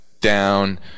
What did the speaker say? down